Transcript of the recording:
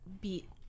beat